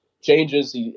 changes